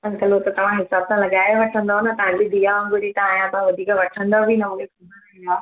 uncle उहो त तव्हां हिसाबु सां लगाए वठंदव न तव्हांजी धीअ वांगुर ई त आहियां तव्हां वधीक वठंदव ई न मूंखे ख़बर आहे इहा